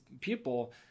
people